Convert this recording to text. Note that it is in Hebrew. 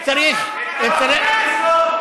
צריך, את הווקף גם לסגור?